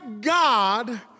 God